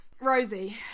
Rosie